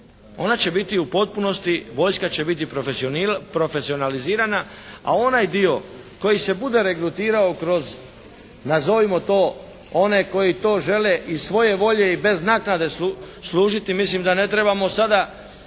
Ono će biti u potpunosti, vojska će biti profesionalizirana, a onaj dio koji se bude regrutirao kroz nazovimo to one koji to žele iz svoje volje i bez naknade služiti mislim da ne trebamo sada